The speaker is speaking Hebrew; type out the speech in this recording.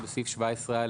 בסעיף 17(א),